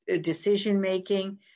decision-making